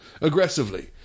aggressively